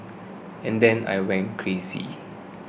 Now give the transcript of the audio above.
and then I went crazy